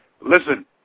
Listen